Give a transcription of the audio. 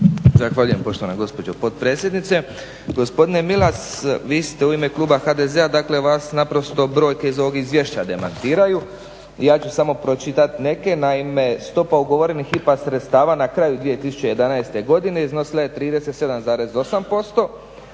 Zahvaljujem poštovana gospođo potpredsjednice. Gospodine Milas, vi ste u ime kluba HDZ-a, dakle vas naprosto brojke iz ovog izvješća demantiraju i ja ću samo pročitati neke. Naime, stopa ugovorenih HIPA sredstava na kraju 2011. godine iznosila je 37,8%,